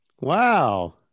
Wow